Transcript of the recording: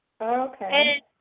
Okay